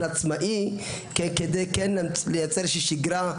עצמאי כדי לשמור על איזו שהיא שיגרה,